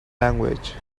language